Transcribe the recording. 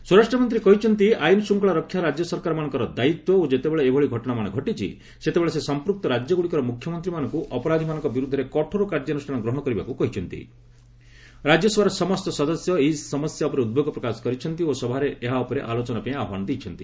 ସ୍ୱରାଷ୍ଟ୍ରମନ୍ତ୍ରୀ କହିଛନ୍ତି ଆଇନ ଶୃଙ୍ଖଳା ରକ୍ଷା ରାଜ୍ୟ ସରକାରମାନଙ୍କର ଦାୟିତ୍ୱ ଓ ଯେତେବେଳେ ଏଭଳି ଘଟଣାମାନ ଘଟିଛି ସେତେବେଳେ ସେ ସମ୍ପ୍ରକ୍ତ ରାଜ୍ୟଗ୍ରଡିକର ମ୍ରଖ୍ୟମନ୍ତ୍ରୀମାନଙ୍କ ଅପରାଧୀମାନଙ୍କ ବିର୍ଦ୍ଧରେ କଠୋର କାର୍ଯ୍ୟାନୃଷ୍ଣା ଗ୍ରହଣ କରିବାକୁ କହିଛନ୍ତି ରାଜ୍ୟ ସଭାର ସମସ୍ତ ସଦସ୍ୟ ଏହି ସମସ୍ୟା ଉପରେ ଉଦ୍ବେଗ ପ୍ରକାଶ କରିଛନ୍ତି ଓ ସଭାରେ ଏହା ଉପରେ ଆଲୋଚନା ପାଇଁ ଆହ୍ୱାନ ଦେଇଛନ୍ତି